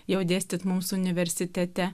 jau dėstyt mūsų universitete